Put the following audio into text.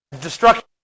destruction